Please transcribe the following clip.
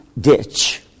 ditch